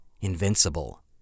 invincible